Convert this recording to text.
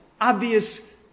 obvious